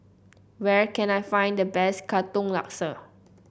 where can I find the best Katong Laksa